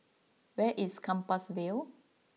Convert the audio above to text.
where is Compassvale